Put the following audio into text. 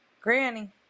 Granny